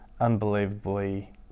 unbelievably